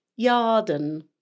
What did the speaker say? Yarden